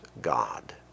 God